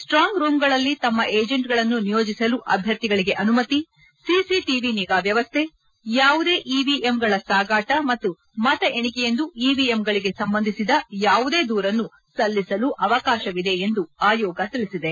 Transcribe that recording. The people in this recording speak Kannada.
ಸ್ಟಾಂಗ್ರೂಂಗಳಲ್ಲಿ ತಮ್ಮ ಏಜೆಂಟ್ಗಳನ್ನು ನಿಯೋಜಿಸಲು ಅಭ್ಯರ್ಥಿಗಳಿಗೆ ಅನುಮತಿ ಸಿಸಿಟಿವಿ ನಿಗಾ ವ್ಯವಸ್ಥೆ ಯಾವುದೇ ಇವಿಎಮ್ಗಳ ಸಾಗಾಟ ಮತ್ತು ಮತ ಎಣಿಕೆಯಂದು ಇವಿಎಮ್ಗಳಿಗೆ ಸಂಬಂಧಿಸಿದ ಯಾವುದೇ ದೂರನ್ನು ಸಲ್ಲಿಸಲು ಅವಕಾಶವಿದೆ ಎಂದು ಆಯೋಗ ತಿಳಿಸಿದೆ